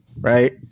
right